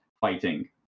fighting